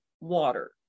water